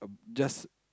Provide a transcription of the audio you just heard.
just